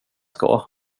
ska